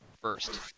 first